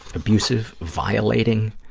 abusive, violating.